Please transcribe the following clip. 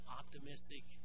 optimistic